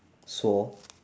swore